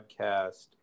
podcast